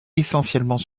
essentiellement